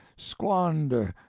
squander,